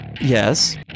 Yes